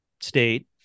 state